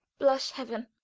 blush, heaven,